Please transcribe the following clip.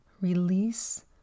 Release